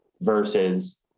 versus